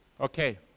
okay